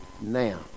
now